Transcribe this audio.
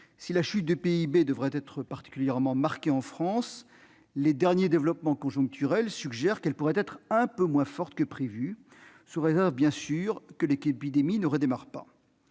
Si la chute du PIB devrait être particulièrement marquée en France, les derniers développements conjoncturels suggèrent qu'elle pourrait être un peu moins forte que prévu, sous réserve bien sûr que l'épidémie ne redémarre pas.